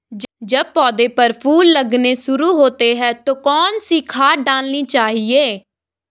जब पौधें पर फूल लगने शुरू होते हैं तो कौन सी खाद डालनी चाहिए?